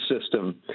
system